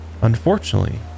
Unfortunately